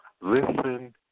listen